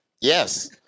Yes